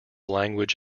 language